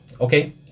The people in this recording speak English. Okay